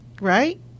Right